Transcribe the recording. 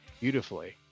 beautifully